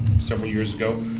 several years ago,